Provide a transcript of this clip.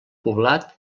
poblat